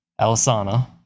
Alisana